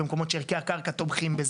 במקומות שערכי הקרקע תומכים בזה.